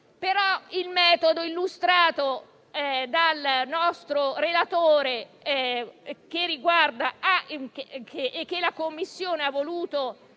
Il metodo illustrato però dal nostro relatore, e che la Commissione ha voluto